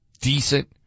decent